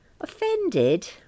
Offended